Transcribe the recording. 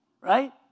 right